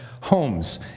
homes